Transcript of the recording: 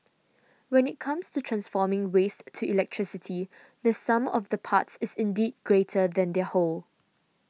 when it comes to transforming waste to electricity the sum of the parts is indeed greater than their whole